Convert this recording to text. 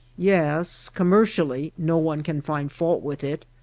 yes commercially no one can find fault with it.